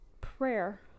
prayer